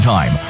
Time